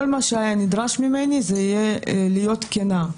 כל מה שנדרש היה ממני זה להיות כנה.